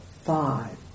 five